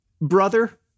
brother